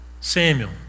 Samuel